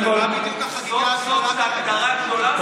זה לא בדיוק החגיגה, סוף-סוף זו הגדרה גדולה מדי.